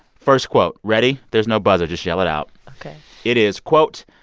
first quote ready? there's no buzzer. just yell it out ok it is, quote,